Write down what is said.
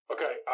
Okay